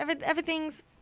everything's